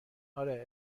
آره